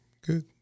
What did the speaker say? Good